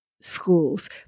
schools